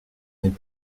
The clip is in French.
n’est